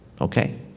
Okay